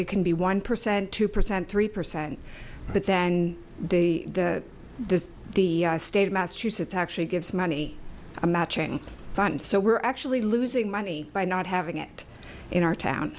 you can be one percent two percent three percent but then they the the the state of massachusetts actually gives money to matching funds so we're actually losing money by not having it in our town